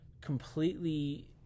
completely